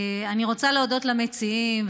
אני רוצה להודות למציעים,